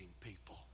people